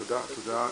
תודה.